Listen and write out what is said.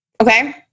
Okay